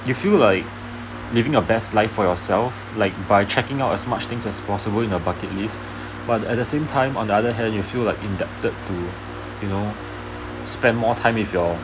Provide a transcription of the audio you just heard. you feel like living a best life for yourself like by checking out as much things as possible in your bucket lists but at the same time on the other hand you feel like indebted to you know spend more time with your